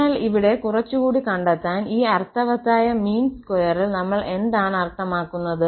അതിനാൽ ഇവിടെ കുറച്ചുകൂടി കണ്ടെത്താൻ ഈ അർത്ഥവത്തായ മീൻ സ്ക്വയറിൽ നമ്മൾ എന്താണ് അർത്ഥമാക്കുന്നത്